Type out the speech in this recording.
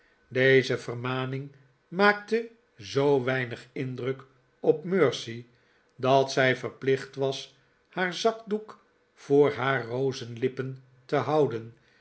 deze vermaning maakte zoo weinig indruk op mercy dat zij verplicht was haar zakdoek voor haar rozenlippen te houden